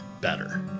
better